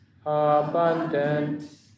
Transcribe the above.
abundant